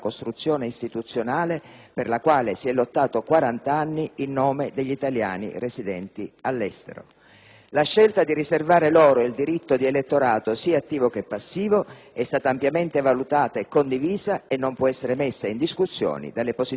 per la quale si è lottato quarant'anni in nome degli italiani residenti all'estero. La scelta di riservare loro il diritto di elettorato, sia attivo che passivo, è stata ampiamente valutata e condivisa e non può essere messa in discussione dalle posizioni strumentali